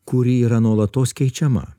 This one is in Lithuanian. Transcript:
kuri yra nuolatos keičiama